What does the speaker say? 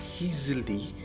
easily